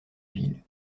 ville